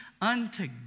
unto